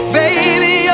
baby